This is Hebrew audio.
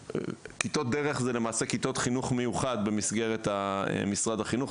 כיתות דרך הן למעשה כיתות חינוך מיוחד במסגרת משרד החינוך,